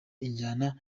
injyana